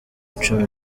icumi